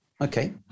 Okay